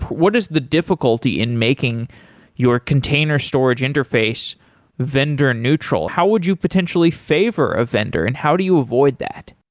what is the difficulty in making your container storage interface vendor neutral? how would you potentially favor a vendor and how do you avoid that?